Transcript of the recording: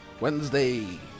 Wednesday